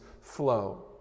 flow